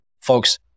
folks